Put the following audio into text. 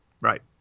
Right